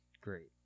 great